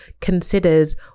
considers